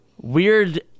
weird